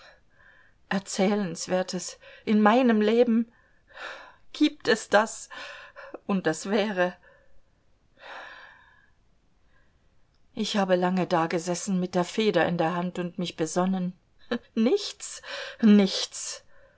erzählenswertes in meinem leben gibt es das und was wäre das ich habe lange dagesessen mit der feder in der hand und mich besonnen nichts nichts